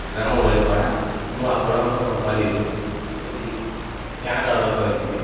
ଗ୍ରାମ ବଳିପଡ଼ା ମୁଁ ଆପଣଙ୍କ କମ୍ପାନୀରୁ ଗୋଟିଏ ଜିନ୍ସ ପ୍ୟାଣ୍ଟ ଅର୍ଡ଼ର କରିଥିଲି